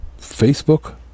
Facebook